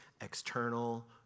external